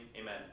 amen